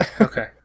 Okay